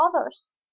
others